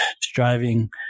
striving